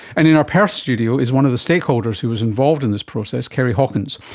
and in our perth studio is one of the stakeholders who was involved in this process, kerry hawkins,